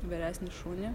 vyresnį šunį